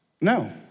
No